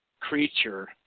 creature